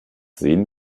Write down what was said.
sehen